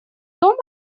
дом